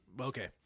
Okay